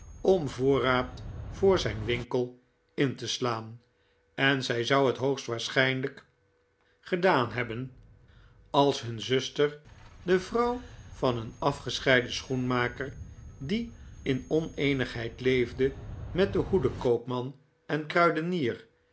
om voorraad voor zijn winkel in te slaan en zij zou het hoogst waarschijnlijk gedaan hebben als hun zuster de vrouw van een afgescheiden schoenmaker die in oneenigheid leefde met den hoedenkoopman en kruidenier